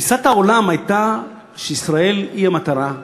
תפיסת העולם הייתה שישראל היא המטרה,